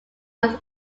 was